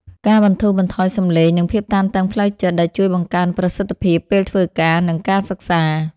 ការបន្ទូរបន្ថយសម្លេង និងភាពតានតឹងផ្លូវចិត្ត ដែលជួយបង្កើនប្រសិទ្ធភាពពេលធ្វើការណ៍ និងការសិក្សា។